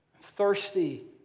Thirsty